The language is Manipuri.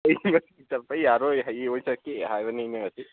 ꯑꯩꯗꯤ ꯉꯁꯤ ꯆꯠꯄ ꯌꯥꯔꯣꯏ ꯍꯌꯦꯡ ꯑꯣꯏꯅ ꯆꯠꯀꯦ ꯍꯥꯏꯕꯅꯤꯅ